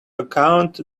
account